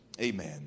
amen